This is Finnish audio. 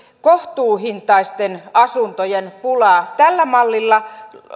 kohtuuhintaisten asuntojen pula tällä mallilla